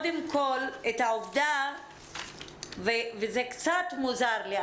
זה קצת מוזר לי.